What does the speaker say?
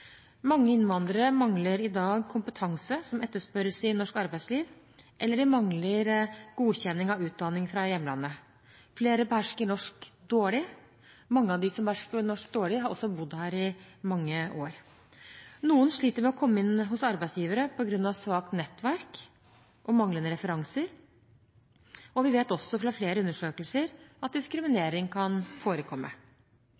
Mange innvandrere mangler i dag kompetanse som etterspørres i norsk arbeidsliv, eller de mangler godkjenning av utdanning fra hjemlandet. Flere behersker norsk dårlig. Mange av dem som behersker norsk dårlig, har også bodd her i mange år. Noen sliter med å komme inn hos arbeidsgivere på grunn av svakt nettverk og manglende referanser. Vi vet også fra flere undersøkelser at